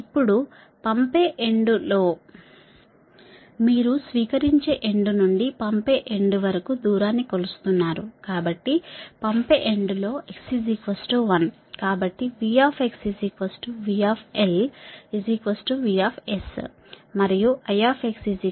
ఇప్పుడు పంపే ఎండ్ లో మీరు స్వీకరించే ఎండ్ నుండి పంపే ఎండ్ వరకు దూరాన్ని కొలుస్తున్నారు కాబట్టి పంపే ఎండ్ లో x l